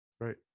Right